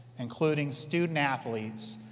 including student-athletes,